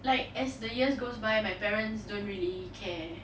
like as the years goes by my parents don't really care